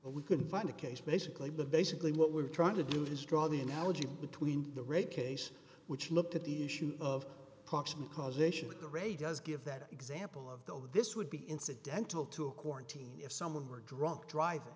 can find a case basically basically what we're trying to do is draw the analogy between the rape case which looked at the issue of proximate cause a sugar ray does give that example of though this would be incidental to a quarantine if someone were drunk driving